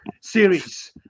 series